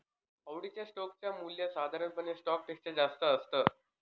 आवडीच्या स्टोक च मूल्य साधारण स्टॉक पेक्षा जास्त असत